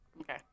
Okay